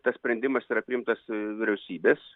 tas sprendimas yra priimtas vyriausybės